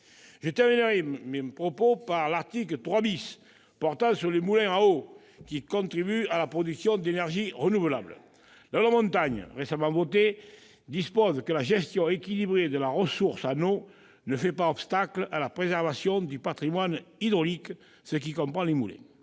Je terminerai mon propos en évoquant l'article 3 , qui porte sur les moulins à eau contribuant à la production d'énergie renouvelable. La loi Montagne, récemment votée, dispose que la gestion équilibrée de la ressource en eau ne fait pas obstacle à la préservation du patrimoine hydraulique, ce qui comprend les moulins.